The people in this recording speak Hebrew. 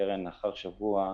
והקרן לאחר שבוע עבדה,